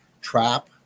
trap